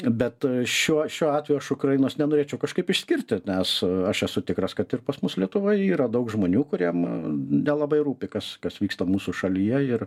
bet šiuo šiuo atveju aš ukrainos nenorėčiau kažkaip išskirti nes aš esu tikras kad ir pas mus lietuvoj yra daug žmonių kuriem nelabai rūpi kas kas vyksta mūsų šalyje ir